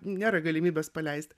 nėra galimybės paleist